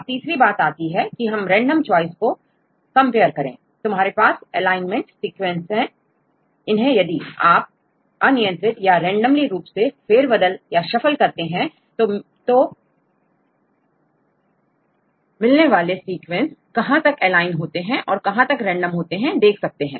अब तीसरी बात आती है की हम रेंडम चॉइस को कंपेयर करें तुम्हारे पास एलाइंड सीक्वेंस हैं इन्हें यदि आप अनियंत्रित रूप से फेरबदल करते हैं तो मिलने वाले थे सीक्वेंस कहां तक ऑनलाइन होते हैं या कहां तक रैंडम होते हैं देख सकते हैं